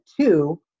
two